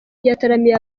yataramiye